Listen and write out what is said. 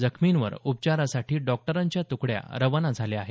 जखमींवर उपचारासाठी डॉक्टरांच्या तुकड्या रवाना झाल्या आहेत